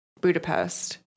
Budapest